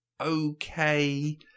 okay